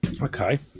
okay